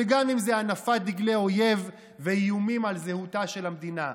גם אם זה הנפת דגלי אויב ואיומים על זהותה של המדינה.